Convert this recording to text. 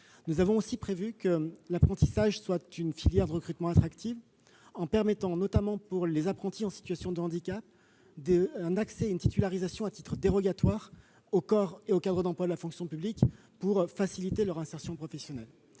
Nous avons aussi prévu de faire de l'apprentissage une filière de recrutement attractive en permettant notamment aux apprentis en situation de handicap d'obtenir une titularisation à titre dérogatoire aux corps et aux cadres d'emplois de la fonction publique pour faciliter leur insertion professionnelle.